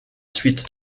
suite